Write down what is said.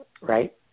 Right